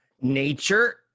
Nature